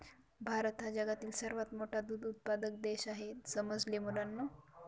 भारत हा जगातील सर्वात मोठा दूध उत्पादक देश आहे समजले मुलांनो